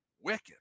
wicked